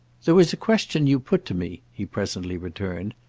there was a question you put to me, he presently returned,